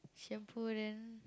shampoo then